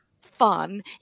fun